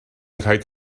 rhaid